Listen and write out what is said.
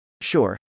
Sure